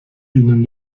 ihnen